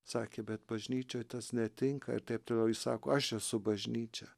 sakė bet bažnyčioj tas netinka ir taip toliau jis sako aš esu bažnyčia